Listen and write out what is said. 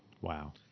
Wow